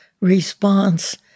response